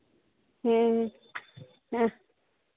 हाँ